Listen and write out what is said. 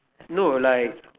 no like